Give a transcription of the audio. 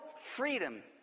freedom